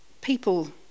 people